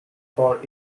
for